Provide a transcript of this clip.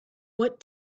what